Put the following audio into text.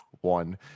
one